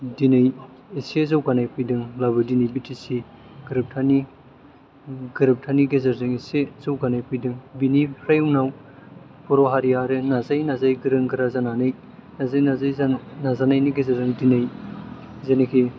दिनै एसे जौगानाय फैदोंब्लाबो दिनै बि टि सि गोरोबथानि गोरोबथानि गेजेरजों एसे जौगानाय फैदों बेनिफ्राय उनाव बर' हारिया आरो नाजायै नाजायै गोरों गोरा जानानै नाजायै नाजायै जों नाजानायनि गेजेरजों दिनै जेनेखि